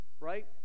Right